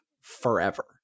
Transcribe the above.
forever